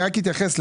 אתייחס,